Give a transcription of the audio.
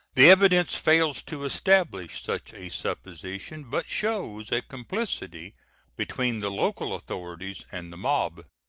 the evidence fails to establish such a supposition, but shows a complicity between the local authorities and the mob.